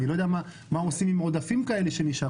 אני לא יודע מה עושים עם עודפים כאלה שנשארים.